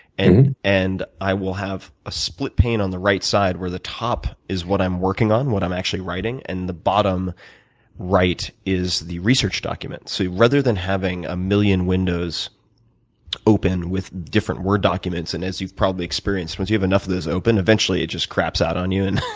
and and i will have a split pane on the right hand where the top is what i'm working on, what i'm actually writing, and the bottom right is the research document. so rather than having a million windows open with different word documents and as you've probably experienced, once you have enough of those open, eventually it just craps out on you, and